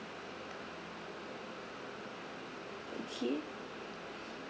okay